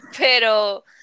Pero